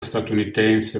statunitense